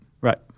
Right